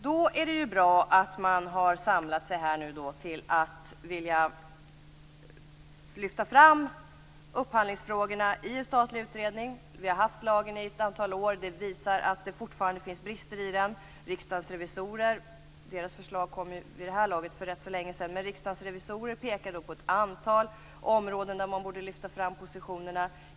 Då är det ju bra att man nu har samlat sig till att vilja lyfta fram upphandlingsfrågorna i en statlig utredning. Vi har haft lagen i ett antal år, och detta visar att det fortfarande finns brister i den. Förslaget från Riksdagens revisorer kom för rätt länge sedan, men de pekar på ett antal områden där man borde flytta fram positionerna.